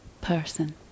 person